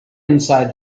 inside